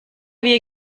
wir